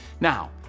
Now